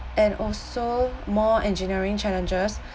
and also more engineering challenges